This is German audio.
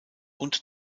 und